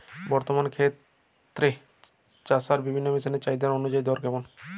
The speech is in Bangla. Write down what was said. বর্তমানে ক্ষেত চষার বিভিন্ন মেশিন এর চাহিদা অনুযায়ী দর কেমন?